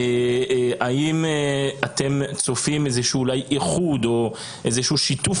האם אתם צופים איזשהו איחוד או שיתוף